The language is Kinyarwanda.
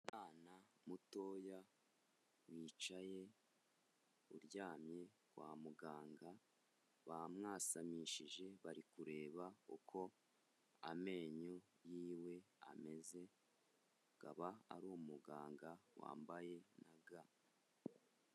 Umwana mutoya wicaye, uryamye kwa muganga, bamwasamishije bari kureba uko amenyo yiwe ameze, akaba ari umuganga wambaye na ga.